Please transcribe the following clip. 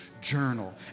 journal